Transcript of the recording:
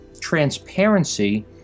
transparency